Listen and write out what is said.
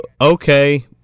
okay